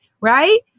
right